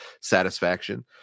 satisfaction